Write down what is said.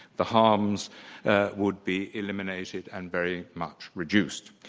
the harms would be eliminated and very much reduced.